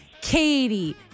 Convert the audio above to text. katie